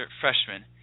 freshman